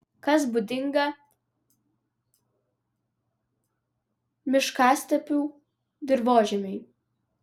kas būdinga miškastepių dirvožemiui